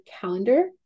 calendar